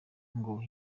ngo